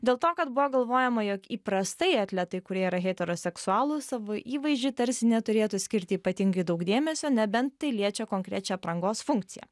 dėl to kad buvo galvojama jog įprastai atletai kurie yra heteroseksualūs savo įvaizdžiui tarsi neturėtų skirt ypatingai daug dėmesio nebent tai liečia konkrečią aprangos funkciją